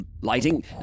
lighting